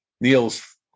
Neil's